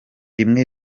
rimwe